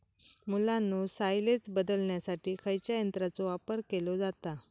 मुलांनो सायलेज बदलण्यासाठी खयच्या यंत्राचो वापर केलो जाता?